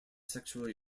sexually